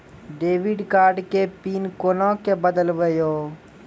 Debit card के pin कोना के बदलबै यो?